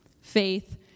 faith